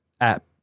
app